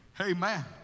Amen